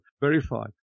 verified